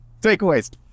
Takeaways